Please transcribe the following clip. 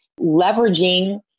leveraging